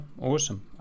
awesome